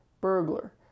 burglar